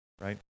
right